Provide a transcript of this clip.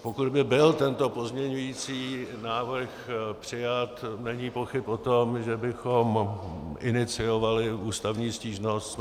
Pokud by byl tento pozměňující návrh přijat, není pochyb o tom, že bychom iniciovali ústavní stížnost.